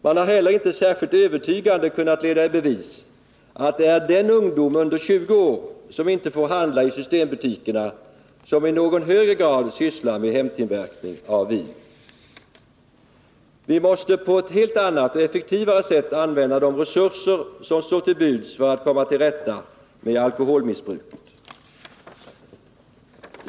Man har heller inte särskilt övertygande kunnat leda i bevis att det är den ungdom under 20 år som inte får handla i systembutikerna som i någon högre grad sysslar med hemtillverkning av vin. Vi måste på ett helt annat och effektivare sätt använda de resurser som står till buds för att komma till rätta med alkoholmissbruket.